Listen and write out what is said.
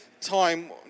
time